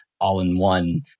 all-in-one